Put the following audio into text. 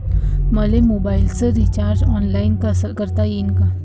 मले मोबाईलच recharge online करता येईन का?